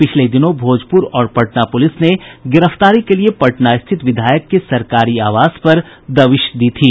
पिछले दिनों भोजपुर और पटना पुलिस ने गिरफ्तारी के लिए पटना स्थित विधायक के सरकारी आवास पर दबिश दी थी